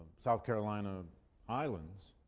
south carolina islands,